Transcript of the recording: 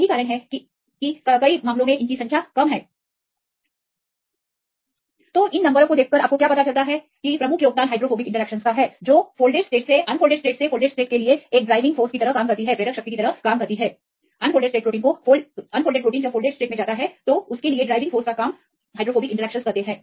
यही कारण है कि इस मामले में संख्या कम है इसलिए इन नंबरों से हम बता सकते हैं कि हाइड्रोफोबिक इंटरैक्शन प्रमुख हैं और यह एक प्रेरक शक्ति है यह अनफोल्डेड स्टेट प्रोटीन को फोल्ड करने की शुरुआत करता है